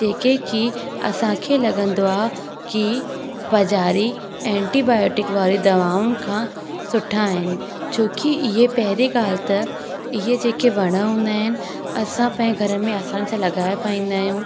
तंहिंखे कि असांखे लॻंदो आहे कि बाजारी ऐंटीबायोटिक वारी दवाउनि खां सुठा इन छोकि इहे पहिरीं ॻाल्हि त इहे जेके वण हूंदा आहिनि असां पहिंजे घर में असान सां लॻाए पाईंदा आहियूं